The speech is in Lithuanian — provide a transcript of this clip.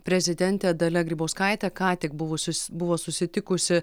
prezidentė dalia grybauskaitė ką tik buvosiu buvo susitikusi